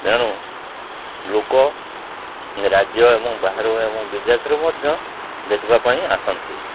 ତେଣୁ ଲୋକ ରାଜ୍ୟ ଏବଂ ବାହାରୁ ଏବଂ ବିଦେଶରୁ ମଧ୍ୟ ଦେଖିବା ପାଇଁ ଆସନ୍ତି